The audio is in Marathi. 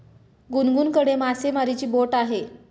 गुनगुनकडे मासेमारीची बोट आहे